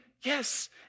Yes